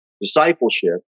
discipleship